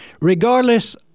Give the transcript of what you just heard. Regardless